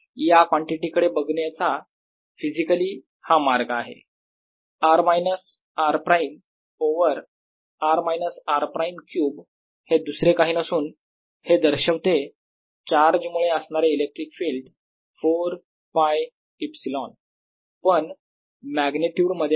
या कॉन्टिटी कडे फिजिकली बघण्याचा हा मार्ग आहे r minus r prime over r minus r prime cube हे दुसरे काही नसून हे दर्शवते चार्ज मुळे असणारे इलेक्ट्रिक फील्ड 4π ε पण मॅग्निट्युड मध्ये नाही